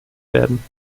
werden